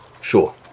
Sure